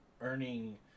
earning